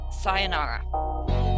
sayonara